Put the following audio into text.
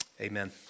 Amen